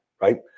Right